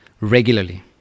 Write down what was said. regularly